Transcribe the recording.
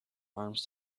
arms